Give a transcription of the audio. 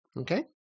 okay